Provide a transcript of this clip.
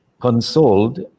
consoled